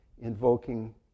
invoking